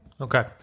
Okay